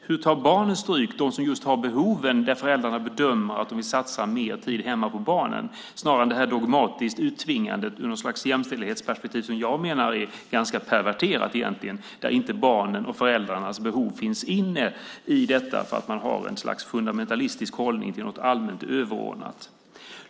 Hur tar barnen stryk, de som just har behoven, där föräldrarna bedömer att de vill satsa mer tid hemma på dem snarare än det ur något slags jämställdhetsperspektiv dogmatiska uttvingandet som jag menar egentligen är ganska perverterat? Barnens och föräldrarnas behov finns inte i detta därför att man har ett slags fundamentalistisk hållning till något allmänt överordnat.